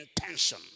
Intention